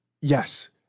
yes